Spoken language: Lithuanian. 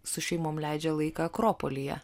su šeimom leidžia laiką akropolyje